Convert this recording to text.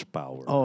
power